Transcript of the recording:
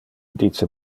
dice